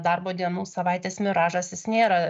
darbo dienų savaitės miražas jis nėra